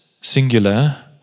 singular